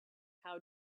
how